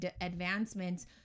advancements